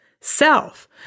self